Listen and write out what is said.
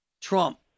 Trump